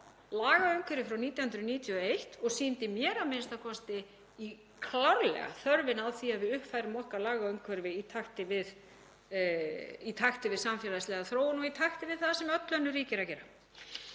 lagaumhverfið frá 1991 og sýndi mér a.m.k. klárlega þörfina á því að við uppfærum okkar lagaumhverfi í takti við samfélagslega þróun og í takti við það sem öll önnur ríki eru að gera.